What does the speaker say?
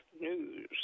News